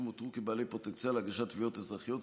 אותרו אף כבעלי פוטנציאל להגשת תביעות אזרחיות,